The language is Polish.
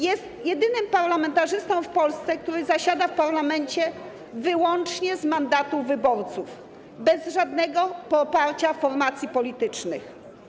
Jest jedynym parlamentarzystą w Polsce, który zasiada w parlamencie wyłącznie z mandatu wyborców, bez żadnego poparcia formacji politycznych.